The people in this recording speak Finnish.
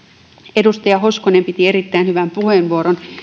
edustaja hoskonen piti erittäin hyvän puheenvuoron